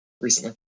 recently